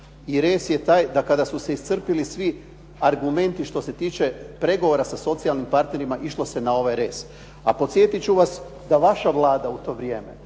rez je taj da kada su se iscrpili svi argumenti što se tiče pregovora sa socijalnim partnerima, išlo se na ovaj rez. A podsjetiti ću vas da vaša Vlada u to vrijeme,